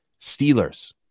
Steelers